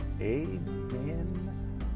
amen